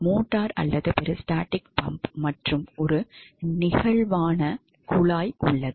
motor அல்லது peristaltic pump மற்றும் ஒரு நெகிழ்வான குழாய் உள்ளது